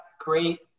great